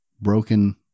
broken